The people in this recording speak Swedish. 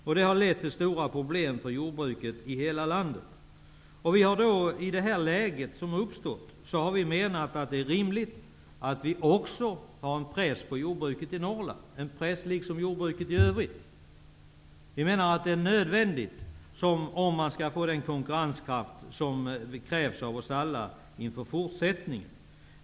Detta har lett till stora problem för jordbruket i hela landet. I det läge som har uppstått menar vi att det är rimligt att vi också har en press på jordbruket i Norrland, liksom vi har på jordbruket i övriga delar av landet. Vi menar att det är nödvändigt om vi skall få den konkurrenskraft som krävs av oss alla inför fortsättningen.